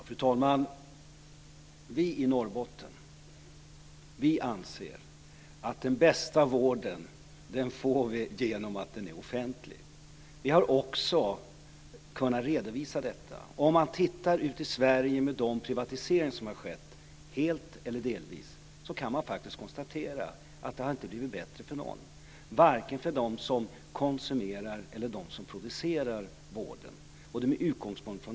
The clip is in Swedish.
Fru talman! Vi i Norrbotten anser att den bästa vården får vi genom att den är offentlig. Vi har också kunnat redovisa detta. Det har gått att konstatera att de privatiseringar som har skett - helt eller delvis - inte har gjort det bättre för någon, varken för dem som konsumerar eller för dem som producerar vården.